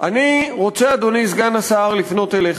אני רוצה, אדוני סגן השר, לפנות אליך,